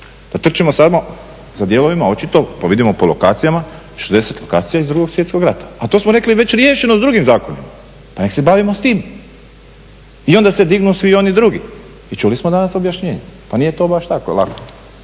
Da trčimo samo za dijelovima očito pa vidimo po lokacijama, 60 lokacija iz Drugog svjetskog rata, a to smo rekli već je riješeno s drugim zakonima pa nek se bavimo s tim. I onda se dignu svi oni drugi i čuli smo danas objašnjenje. Pa nije to baš tako lako.